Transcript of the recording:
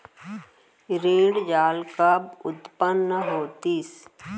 ऋण जाल कब उत्पन्न होतिस?